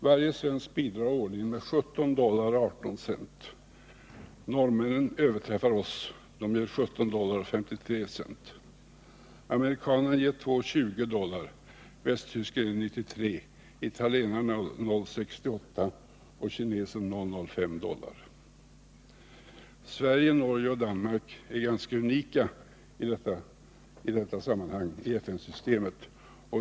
Varje svensk bidrar årligen med 17 dollar och 18 cent. Norrmännen överträffar oss — de ger 17 dollar och 53 cent. Amerikanen ger 2:20 dollar, västtysken 1:93 dollar, italienaren 0:68 dollar och kinesen 0:05 dollar. Sverige, Norge och Danmark är ganska unika i detta sammanhang i FN-systemet.